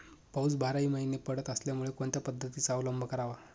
पाऊस बाराही महिने पडत असल्यामुळे कोणत्या पद्धतीचा अवलंब करावा?